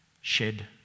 shed